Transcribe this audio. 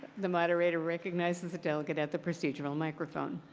the moderator recognizes the delegate at the procedural microphone.